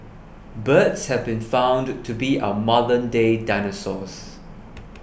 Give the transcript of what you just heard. birds have been found to be our modernday dinosaurs